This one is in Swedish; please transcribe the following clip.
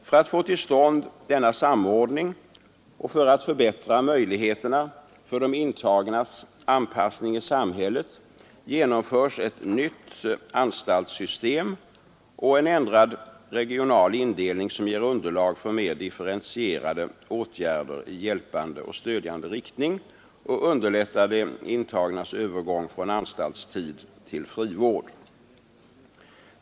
För att få till stånd denna samordning och för att förbättra möjligheterna för de intagnas anpassning i samhället genomförs ett nytt anstaltssystem och en ändrad regional indelning som ger underlag för mer differentierade åtgärder i hjälpande och stödjande riktning och underlättar de intagnas övergång från anstaltstid till frivård.